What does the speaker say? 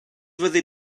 fyddi